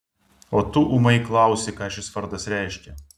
o tu ūmai klausi ką šis vardas reiškia